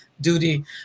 duty